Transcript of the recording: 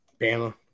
Bama